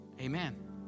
Amen